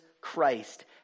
Christ